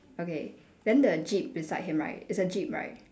okay then the jeep beside him right is a jeep right